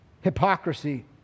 Hypocrisy